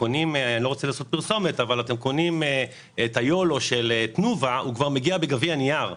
וקונים מוצר יוגורט, הוא כבר מגיע בגביע נייר.